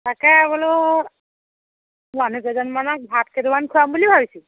তাকে বোলো মানুহ কেইজনমানক ভাত কেইটামান খুৱাম বুলি ভাবিছোঁ